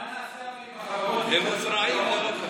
מה נעשה אם החברות יפשטו רגל?